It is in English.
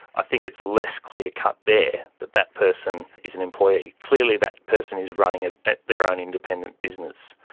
i think it's less clear-cut there that that person is an employee. clearly that person is running ah their own independent business.